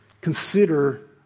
Consider